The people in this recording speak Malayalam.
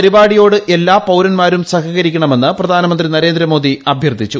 പരിപാടിയോട് എല്ലാ പൌരന്മാരും സഹകരിക്കണമെന്ന് പ്രധാന മന്ത്രി നരേന്ദ്രമോദി അഭ്യർത്ഥിച്ചു